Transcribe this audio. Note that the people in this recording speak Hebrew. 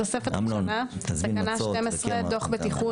תקנה 12. דוח בטיחות.